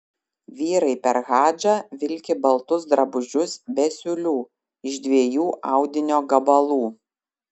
vyrai per hadžą vilki baltus drabužius be siūlių iš dviejų audinio gabalų